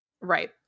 right